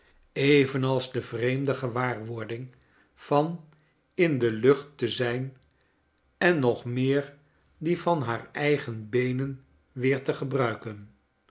evenals de vreemde gewaarwording van in de lucht te zijn en nog meer die van haar eigen beenen weer te gebruiken